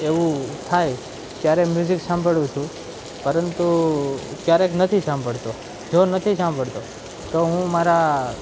એવું થાય ક્યારે મ્યુજિક સાંભળું છું પરંતુ ક્યારેક નથી સાંભળતો જો નથી સાંભળતો તો હું મારા